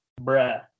bruh